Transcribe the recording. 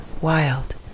wild